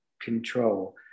control